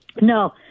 no